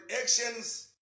actions